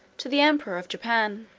to the emperor of japan.